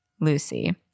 Lucy